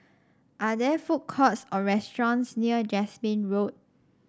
are there food courts or restaurants near Jasmine Road